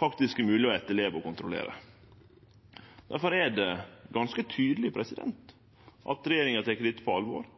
faktisk er mogleg å etterleve og kontrollere. Difor er det ganske tydeleg at regjeringa tek dette på alvor,